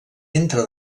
entre